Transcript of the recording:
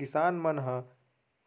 किसान मन ह